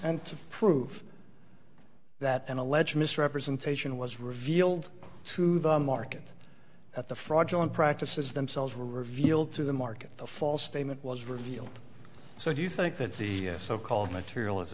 and to prove that an alleged misrepresentation was revealed to the market at the fraudulent practices themselves were revealed to the market the false statement was revealed so do you think that the so called material